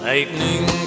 Lightning